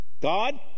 God